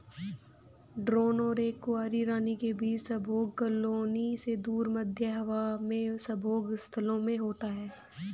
drone और एक कुंवारी रानी के बीच संभोग कॉलोनी से दूर, मध्य हवा में संभोग स्थलों में होता है